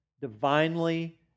divinely